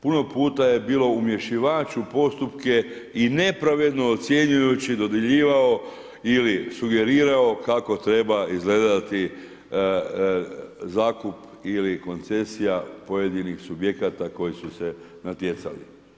Puno puta je bilo umješivač u postupke i nepravedno ocjenjujući dodjeljivao ili sugerirao kako treba izgledati zakup ili koncesija pojedinih subjekata koji su se natjecali.